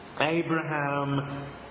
Abraham